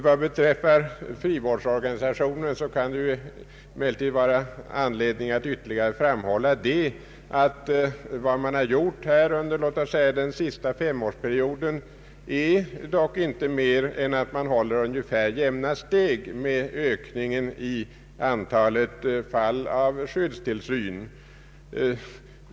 Vad beträffar frivårdsorganisationen kan det emellertid finnas anledning att ytterligare framhålla att vad som gjorts under exempelvis den senaste femårsperioden dock inte är mer än att man håller ungefär jämna steg med ökningen av antalet fall av skyddstillsyn.